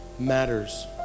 matters